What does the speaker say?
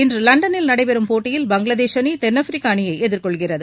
இன்று லண்டனில் நடைபெறும் போட்டியில் பங்களாதேஷ் அணி தென்னாப்பிரிக்கா அணியை எதிர்கொள்கிறது